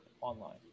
online